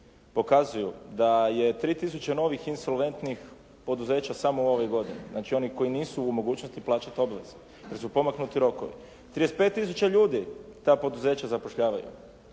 pokazuju da je 3 tisuće novih insolventnih poduzeća samo ove godine, znači onih koji nisu u mogućnosti plaćati obvezu jer su pomaknuti rokovi. 35 tisuća ljudi ta poduzeća zapošljavaju.